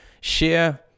share